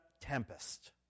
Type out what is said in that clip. tempest